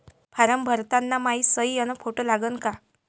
Form भरताना मायी सयी अस फोटो लागन का?